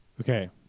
Okay